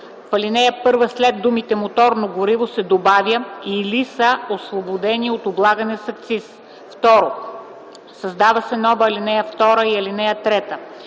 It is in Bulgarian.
В ал. 1 след думите „моторно гориво” се добавя „или са освободени от облагане с акциз”. 2. Създават се нови ал. 2 и ал. 3: